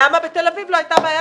למה בתל אביב לא הייתה בעיה?